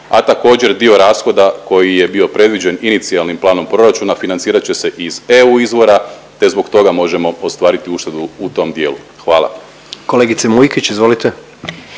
a također dio rashoda koji je bio predviđen inicijalnim planom proračuna financirat će se iz EU izvora te zbog toga možemo ostvariti uštedu u tom dijelu. Hvala. **Jandroković, Gordan